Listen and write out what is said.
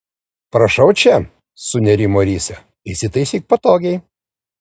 prašau čia sunerimo risia įsitaisyk patogiai